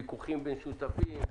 ויכוחים בין שותפים,